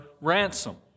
ransom